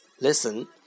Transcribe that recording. Listen